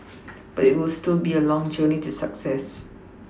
but it will still be a long journey to success